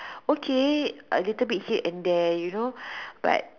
okay a little bit here and there you know but